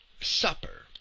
supper